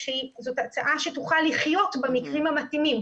זאת הצעה שתוכל לחיות במקרים המתאימים,